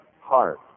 heart